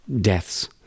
deaths